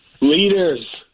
Leaders